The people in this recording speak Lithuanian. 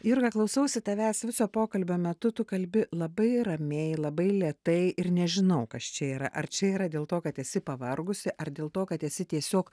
jurga klausausi tavęs viso pokalbio metu tu kalbi labai ramiai labai lėtai ir nežinau kas čia yra ar čia yra dėl to kad esi pavargusi ar dėl to kad esi tiesiog